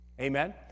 Amen